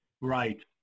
right